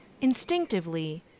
Instinctively